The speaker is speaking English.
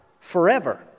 forever